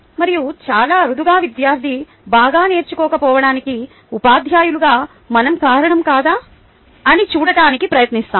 మరియు చాలా అరుదుగా విద్యార్థి బాగా నేర్చుకోకపోవడానికి ఉపాధ్యాయులుగా మనం కారణం కాదా అని చూడటానికి ప్రయత్నిస్తాము